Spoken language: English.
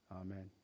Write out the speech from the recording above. Amen